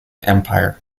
empire